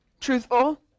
truthful